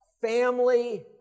family